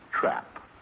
trap